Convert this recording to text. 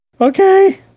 Okay